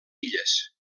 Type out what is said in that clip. illes